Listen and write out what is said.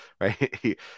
right